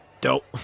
Dope